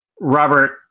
Robert